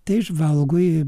tai žvalgui